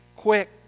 quick